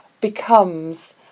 becomes